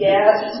Yes